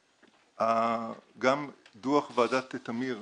גם דוח ועדת תמיר,